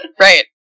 Right